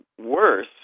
worse